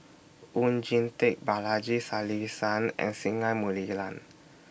Oon Jin Teik Balaji Sadasivan and Singai Mukilan